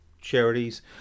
charities